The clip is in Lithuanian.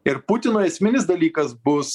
ir putino esminis dalykas bus